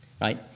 right